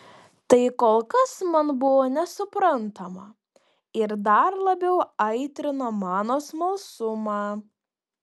tai kol kas man buvo nesuprantama ir dar labiau aitrino mano smalsumą